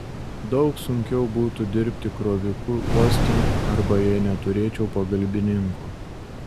daug sunkiau būtų dirbti kroviku uoste arba jei neturėčiau pagalbininkų